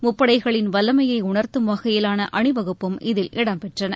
முப்படைகளின் வல்லமையை உணர்த்தும் வகையிலான அணிவகுப்பும் இதில் இடம்பெற்றன